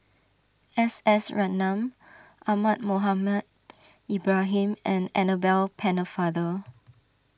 S S Ratnam Ahmad Mohamed Ibrahim and Annabel Pennefather